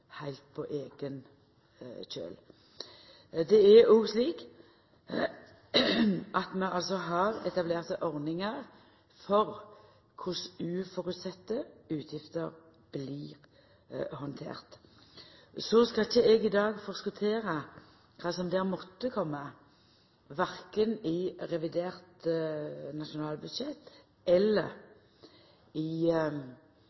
heilt på eigen kjøl. Det er òg slik at vi har etablerte ordningar for korleis uventa utgifter blir handterte. Så skal ikkje eg i dag forskotera kva som måtte koma verken i revidert nasjonalbudsjett eller